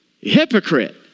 Hypocrite